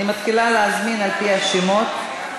אני מתחילה להזמין, על-פי השמות.